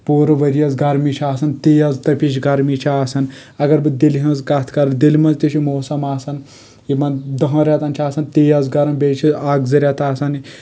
پوٗرٕ ؤرۍ یس گرمی چھ آسان تیز تٔپِش گرمی چھ آسان اگر بہٕ دِلہِ ہِنٛز کتھ دِلہِ منٛز تہِ چھ موسم آسان یِمن دہن رٮ۪تن چھ آسان تیز گرم بیٚیہِ چھ اکھ زٕ رٮ۪تھ آسان